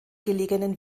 gelegenen